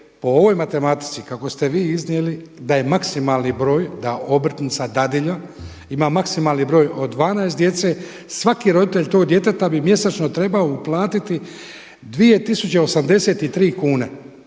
po ovoj matematici kako ste vi iznijeli da je maksimalni broj da obrtnica, dadilja, ima maksimalni broj od 12 djece svaki roditelj tog djeteta bi mjesečno trebao uplatiti 2083 kune,